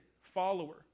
follower